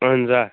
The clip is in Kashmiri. اَہَن حظ آ